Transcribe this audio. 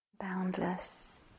boundless